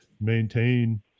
maintain